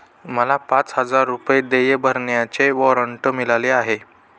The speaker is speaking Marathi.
मला पाच हजार रुपये देय भरण्याचे वॉरंट मिळाले आहे